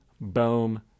boom